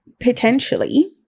Potentially